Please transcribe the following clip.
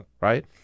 right